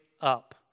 up